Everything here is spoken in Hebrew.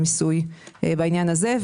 המיסוי בעניין הזה,